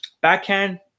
Backhand